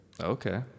Okay